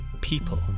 people